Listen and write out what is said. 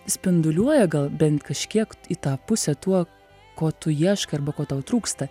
spinduliuoja gal bent kažkiek į tą pusę tuo ko tu ieškai arba ko tau trūksta